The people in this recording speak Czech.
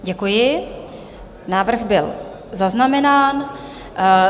Děkuji, návrh byl zaznamenán.